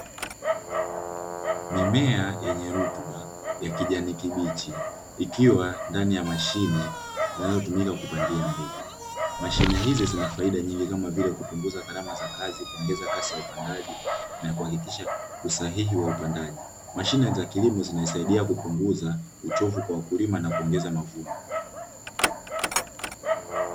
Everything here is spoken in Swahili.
Mimea yenye rutuba ya kijani kibichi ikiwa ndani ya mashine inayotumika kupandia mbegu mashine hizi zina faida nyingi kama, vile kupunguza gharama za kazi kuongeza kasi ya upandaji na kuhakikisha usahihi wa upandaji, mashine za kilimo zinasaidia kupunguza uchovu kwa wakulima na kuongeza mavuno.